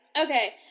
Okay